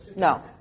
No